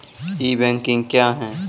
ई banking क्या हैं?